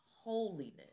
holiness